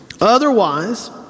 Otherwise